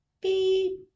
beep